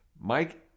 Mike